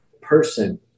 person